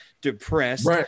depressed